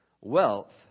Wealth